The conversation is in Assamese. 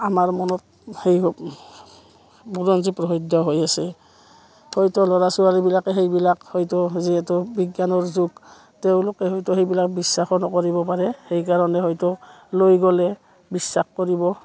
আমাৰ মনত সেই বুৰঞ্জী প্ৰসিদ্ধ হৈ আছে হয়তো ল'ৰা ছোৱালীবিলাকে সেইবিলাক হয়তো যিহেতু বিজ্ঞানৰ যুগ তেওঁলোকে হয়তো সেইবিলাক বিশ্বাস নকৰিব পাৰে সেইকাৰণে হয়তো লৈ গ'লে বিশ্বাস কৰিব